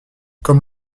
comme